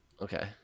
Okay